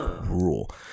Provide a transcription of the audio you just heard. rule